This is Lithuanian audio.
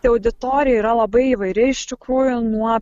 tai auditorija yra labai įvairi iš tikrųjų nuo